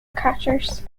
catchers